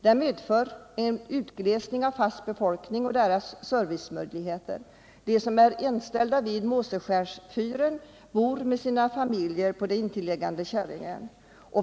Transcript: Den medför en utglesning av den fasta befolkningen och dess servicemöjligheter. De som är anställda vid Måseskärsfyren bor med sina familjer på den intilliggande Käringön.